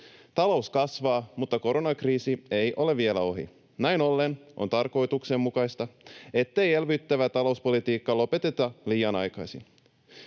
Talous kasvaa, mutta koronakriisi ei ole vielä ohi. Näin ollen on tarkoituksenmukaista, ettei elvyttävää talouspolitiikkaa lopeteta liian aikaisin.